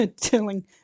telling